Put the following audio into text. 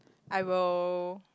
I will